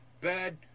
bad